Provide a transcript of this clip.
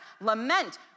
lament